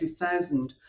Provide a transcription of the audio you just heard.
2000